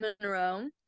Monroe